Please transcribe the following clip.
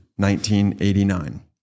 1989